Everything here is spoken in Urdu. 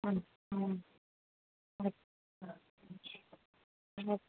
ہاں ہاں اچ ا